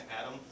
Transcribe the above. Adam